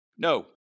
No